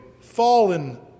fallen